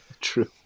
True